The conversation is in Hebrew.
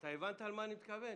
הבנת למה אני מתכוון?